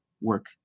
work